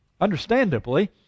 Understandably